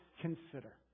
consider